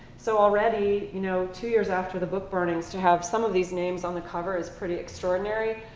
so already, you know, two years after the book burnings, to have some of these names on the cover is pretty extraordinary.